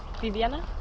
Viviana